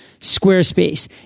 Squarespace